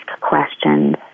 questions